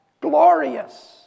glorious